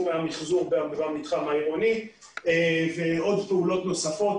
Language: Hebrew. המחזור במתחם העירוני ועוד פעולות נוספות,